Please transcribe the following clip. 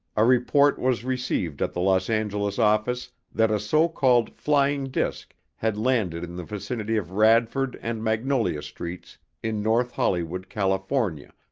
a report was received at the los angeles office that a so-called flying disc had landed in the vicinity of radford and magnolia streets in north hollywood, california,